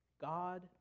God